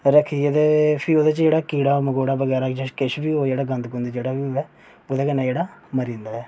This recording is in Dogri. ते फ्ही ओह्दे च कीड़ा मकोड़ा बगैरा किश बी होऐ गंद बगैरा किश बी होऐ ओह्दे कन्नै जेह्ड़ा मरी जंदा ऐ